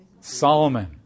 Solomon